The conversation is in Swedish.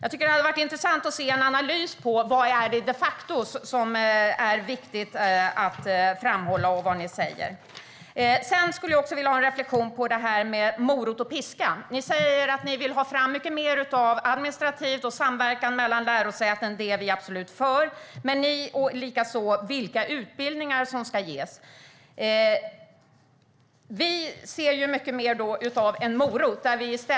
Det hade varit intressant att se en analys av vad det är som de facto är viktigt att framhålla och vad ni säger. Sedan skulle jag också önska en reflektion om det här med morot och piska. Ni säger att ni vill ha mycket mer administrativ samverkan mellan lärosäten och även samverkan vad gäller vilka utbildningar som ska ges. Det är vi absolut för. Men vi är mer för en morot.